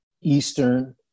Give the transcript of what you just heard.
Eastern